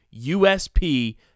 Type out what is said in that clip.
USP